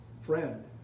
friend